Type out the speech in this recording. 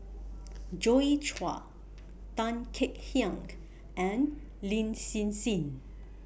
Joi Chua Tan Kek Hiang and Lin Hsin Hsin